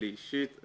שלי אישית,